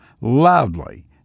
loudly